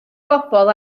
bobl